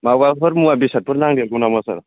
माबाफोर मुवा बेसादफोर नांदेरगौ नामा सार